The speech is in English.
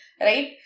Right